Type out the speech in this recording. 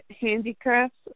handicrafts